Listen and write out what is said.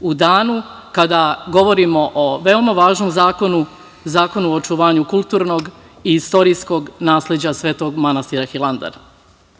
u danu kada govorimo o veoma važnom zakonu, Zakonu o očuvanju kulturnog i istorijskog nasleđa Svetog manastira Hilandar. Manastir